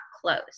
close